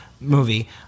Movie